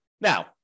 Now